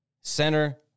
Center